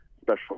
special